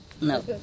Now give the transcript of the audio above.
No